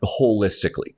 holistically